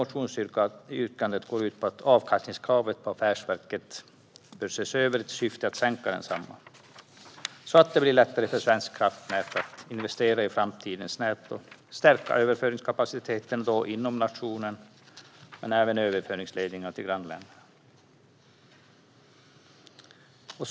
Motionsyrkandet går ut på att avkastningskravet på affärsverket bör ses över i syfte att sänka detsamma så att det blir lättare för Svenska kraftnät att investera i framtidens nät och stärka överföringskapaciteten inom nationen och även i överföringsledningar till grannländerna.